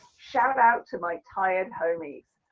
shout out to my tired homies.